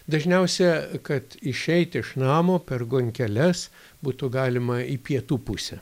dažniausia kad išeiti iš namo per gonkeles būtų galima į pietų pusę